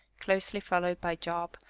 closely followed by job,